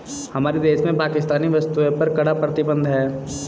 हमारे देश में पाकिस्तानी वस्तुएं पर कड़ा प्रतिबंध हैं